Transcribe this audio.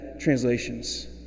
translations